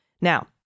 Now